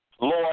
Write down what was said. Lord